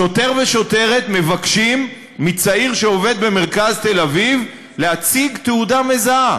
שוטר ושוטרת מבקשים מצעיר שעובד במרכז תל-אביב להציג תעודה מזהה.